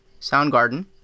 Soundgarden